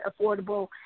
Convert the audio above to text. Affordable